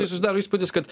susidaro įspūdis kad